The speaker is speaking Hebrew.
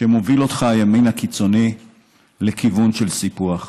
שמוביל אותך הימין הקיצוני לכיוון של סיפוח,